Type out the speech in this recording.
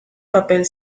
papel